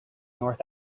north